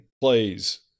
plays